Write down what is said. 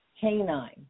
canine